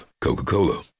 Coca-Cola